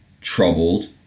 troubled